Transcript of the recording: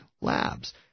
Labs